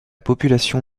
population